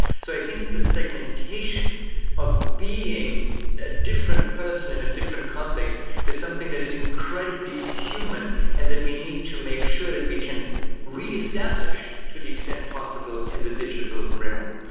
so i think this segmentation of being a different person in a different context is something that is incredibly human and that we need to make sure that we can re-establish to the extent possible in the digital realm.